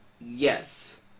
Yes